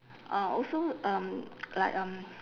uh also um like um